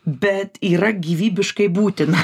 bet yra gyvybiškai būtina